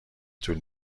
طول